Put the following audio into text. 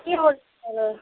কি হৈছেনো